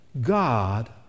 God